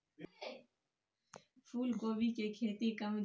मखानक बीया, चिकनाक बीया आ कदीमाक बीया केँ सुपर फुड कहै छै